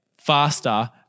faster